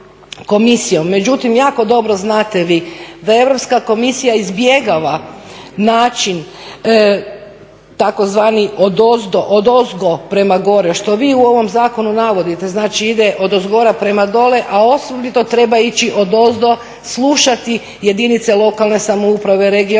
međutim jako dobro znate vi da Europska komisija izbjegava način, tzv. odozdo, odozgo prema gore, što vi u ovom zakonu navodite, znači ide odozgora prema dolje a osobito treba ići odozdo, slušati jedinice lokalne samouprave, regionalne,